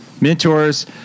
Mentors